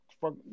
Fuck